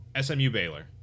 SMU-Baylor